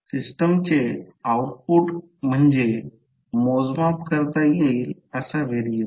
सिस्टमचे आउटपुट म्हणजे मोजमाप करता येईल असा व्हेरिएबल